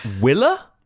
Willa